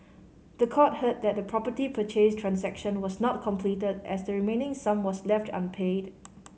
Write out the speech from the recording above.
the court heard that the property purchase transaction was not completed as the remaining sum was left unpaid